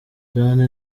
jane